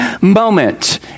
moment